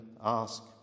ask